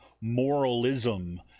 moralism